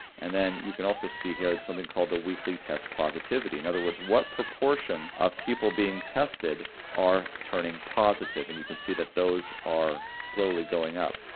and then you can also see here something called the weekly test positivity, in other words, what proportion of people being tested are turning positive and you can see that those are slowly going up.